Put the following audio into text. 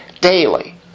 daily